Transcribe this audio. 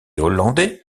hollandais